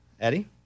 Eddie